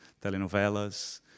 telenovelas